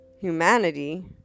Humanity